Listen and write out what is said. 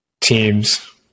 teams